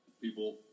People